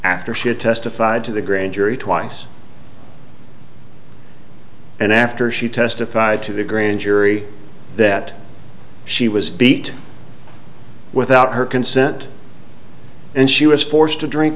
after she had testified to the grand jury twice and after she testified to the grand jury that she was beat without her consent and she was forced to drink